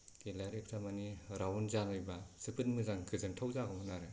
गेलारिफ्रा माने राउन्ड जानायबा जोबोद मोजां गोजोनथाव जागौमोन आरो